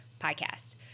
podcast